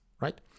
right